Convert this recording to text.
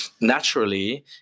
naturally